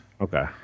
Okay